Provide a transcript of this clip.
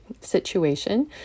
situation